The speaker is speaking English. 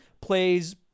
plays